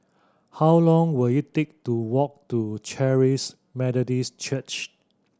how long will it take to walk to Charis Methodist Church